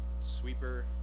sweeper